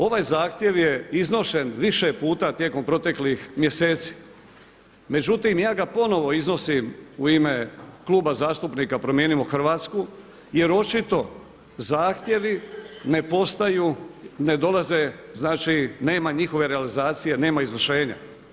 Ovaj zahtjev je iznošen više puta tijekom proteklih mjeseci, međutim ja ga ponovo iznosim u ime Kluba zastupnika Promijenimo Hrvatsku jer očito zahtjevi ne postaju, ne dolaze, znači nema njihove realizacije nema izvršenja.